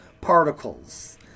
particles